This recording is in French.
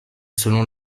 selon